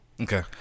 okay